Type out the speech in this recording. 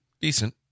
Decent